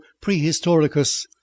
prehistoricus